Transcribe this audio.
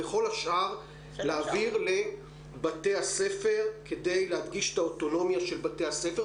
וכל השאר להעביר לבתי הספר כדי להדגיש את האוטונומיה של בתי הספר,